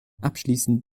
abschließend